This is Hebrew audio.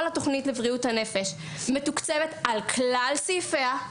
התוכנית לבריאות הנפש מתוקצבת על כלל סעיפיה,